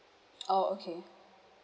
oh okay